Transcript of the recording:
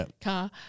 car